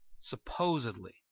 Supposedly